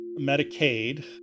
Medicaid